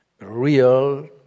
real